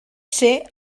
ser